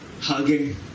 hugging